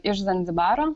iš zanzibaro